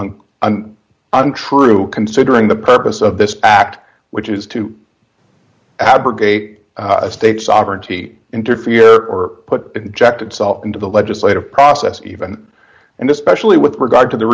an untrue considering the purpose of this act which is to abrogate state sovereignty interfere or put inject itself into the legislative process even and especially with regard to the